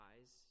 eyes